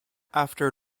after